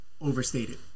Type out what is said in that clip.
overstated